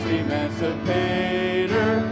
emancipator